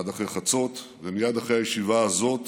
עד אחרי חצות, ומייד אחרי הישיבה הזאת